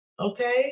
okay